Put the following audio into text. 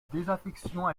désaffection